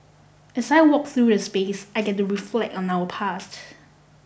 as I walk through the space I get to reflect on our past